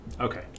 Okay